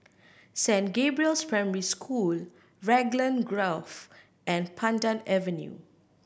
Saint Gabriel's Primary School Raglan Grove and Pandan Avenue